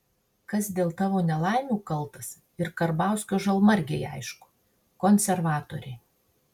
kas dėl tavo nelaimių kaltas ir karbauskio žalmargei aišku konservatoriai